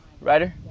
Ryder